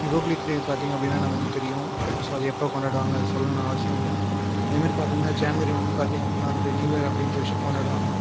republic day பார்த்தீங்க அப்படினா நமக்கு தெரியும் ஸோ அதை எப்போ கொண்டாடுவாங்கனு அதை சொல்லணும்னு அவசியம் இல்லை அதேமாதிரி பார்த்திங்கனா ஜன்வரி ஒன்று பார்த்திங்க அப்படினா வந்து நியூஇயர் அப்படின்ற விஷயம் கொண்டாடுவாங்க